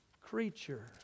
creature